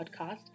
podcast